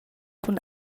cun